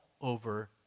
over